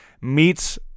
meets